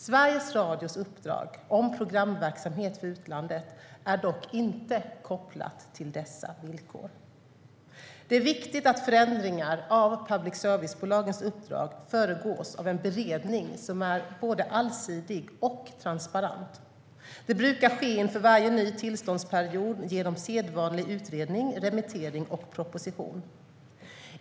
Sveriges Radios uppdrag om programverksamhet för utlandet är dock inte kopplat till dessa villkor. Det är viktigt att förändringar av public service-bolagens uppdrag föregås av en beredning som är både allsidig och transparent. Det brukar ske inför varje ny tillståndsperiod genom sedvanlig utredning, remittering och proposition.